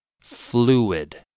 fluid